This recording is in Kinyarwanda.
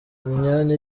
imyanya